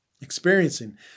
experiencing